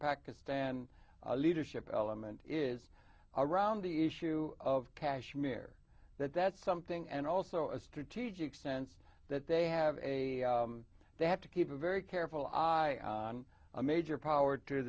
pakistan leadership element is around the issue of kashmir that that's something and also a strategic sense that they have a they have to keep a very careful eye on a major power to